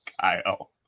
Kyle